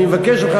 אני מבקש ממך,